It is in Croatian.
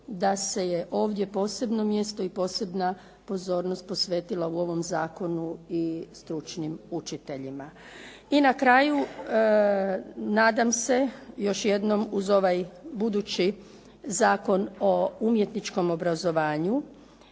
da se ovdje posebno mjesto i posebna pozornost posvetila u ovom zakonu i stručnim učiteljima. I na kraju, nadam se još jednom uz ovaj budući Zakon o umjetničkom obrazovanju